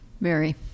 Mary